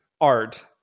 art